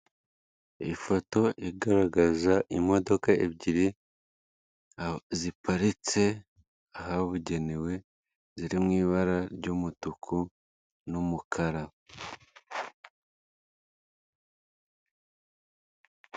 Ifoto igaragaza imodoka ebyiri ziparitse ahabugenewe, ziri mu ibara ry'umutuku n'umukara.